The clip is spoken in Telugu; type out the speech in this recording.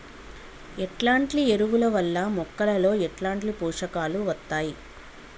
ఎట్లాంటి ఎరువుల వల్ల మొక్కలలో ఎట్లాంటి పోషకాలు వత్తయ్?